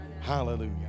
hallelujah